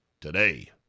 today